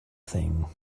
thing